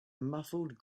muffled